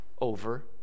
over